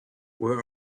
where